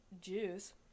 juice